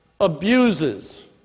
abuses